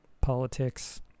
politics